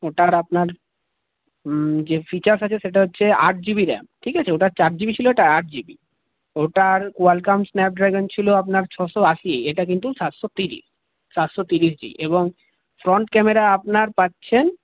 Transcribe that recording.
ওটার আপনার যে ফিচার্স আছে সেটা হচ্ছে আট জিবি র্যাম ঠিক আছে ওটার চার জিবি ছিল এটায় আট জিবি ওটার কোয়ালকম স্ন্যাপড্র্যাগন ছিল আপনার ছশো আশি এটা কিন্তু সাতশো তিরিশ সাতশো তিরিশ জি এবং ফ্রন্ট ক্যামেরা আপনার পাচ্ছেন